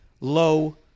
low